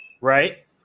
right